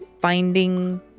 finding